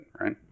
right